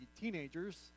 teenagers